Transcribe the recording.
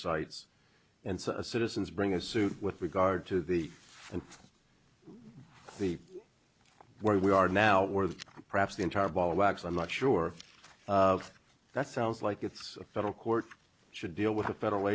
sites and so citizens bring a suit with regard to the and the where we are now with perhaps the entire ball of wax i'm not sure of that sounds like it's a federal court should deal with a federal